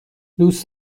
دوست